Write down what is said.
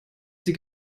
sie